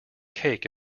cake